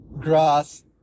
grass